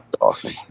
Awesome